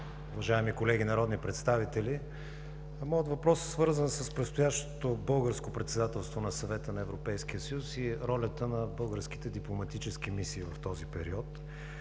уважаеми колеги народни представители! Моят въпрос е свързан с предстоящото българско председателство на Съвета на Европейския съюз и ролята на българските дипломатически мисии в този период.